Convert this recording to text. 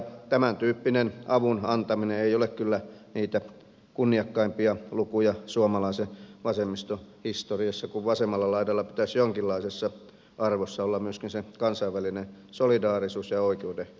tämäntyyppinen avun antaminen ei ole kyllä niitä kunniakkaimpia lukuja suomalaisen vasemmiston historiassa kun vasemmalla laidalla pitäisi jonkinlaisessa arvossa olla myöskin sen kansainvälisen solidaarisuuden ja oikeudenmukaisuuden